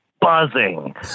buzzing